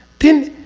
then,